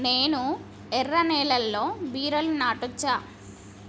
నేను ఎర్ర నేలలో బీరలు నాటచ్చా?